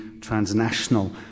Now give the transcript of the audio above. transnational